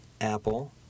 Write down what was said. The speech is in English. Apple